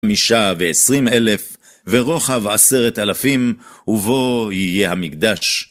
חמישה ועשרים אלף, ורוחב עשרת אלפים, ובו יהיה המקדש.